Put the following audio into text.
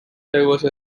diverse